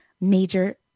major